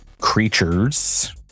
creatures